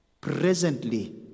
presently